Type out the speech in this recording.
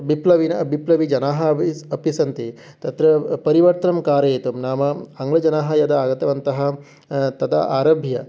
विप्लविनः विप्लविजनाः अपि अपि सन्ति तत्र परिवर्तनं कारयितं नाम आङ्लजनाः यदा आगतवन्तः तदा आरभ्य